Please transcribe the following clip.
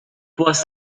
was